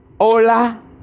Hola